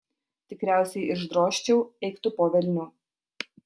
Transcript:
tikriausiai išdrožčiau eik tu po velnių